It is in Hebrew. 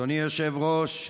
אדוני היושב-ראש,